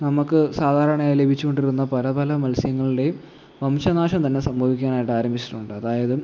നമുക്ക് സാധാരണയായി ലഭിച്ചുകൊണ്ടിരുന്ന പല പല മത്സ്യങ്ങളുടേയും വംശനാശം തന്നെ സംഭവിക്കാനായിട്ട് ആരംഭിച്ചിട്ടുണ്ട് അതായത്